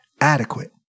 adequate